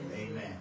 Amen